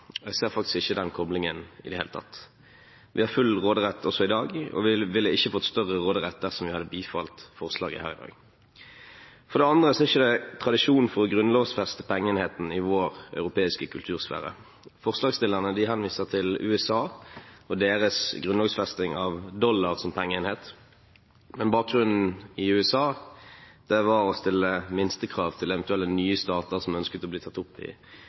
Jeg ser faktisk ikke den koblingen i det hele tatt. Vi har full råderett også i dag og ville ikke fått større råderett dersom vi hadde bifalt forslaget her i dag. For det andre er det ikke tradisjon for å grunnlovfeste pengeenheten i vår europeiske kultursfære. Forslagsstillerne henviser til USA og deres grunnlovfesting av dollar som pengeenhet, men bakgrunnen i USA var å stille minstekrav til eventuelle nye stater som ønsket å bli tatt opp i